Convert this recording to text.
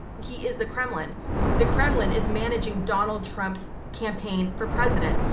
he is the kremlin the kremlin is managing donald trump's campaign for president.